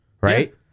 right